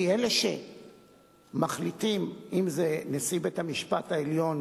כי אלה שמחליטים, אם נשיא בית-המשפט העליון,